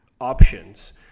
options